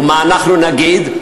ומה אנחנו נגיד?